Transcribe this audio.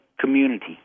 community